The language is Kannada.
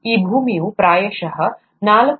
ಈ ಭೂಮಿಯು ಪ್ರಾಯಶಃ 4